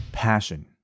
passion